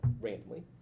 randomly